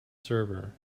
server